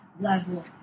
level